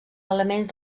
elements